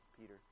Peter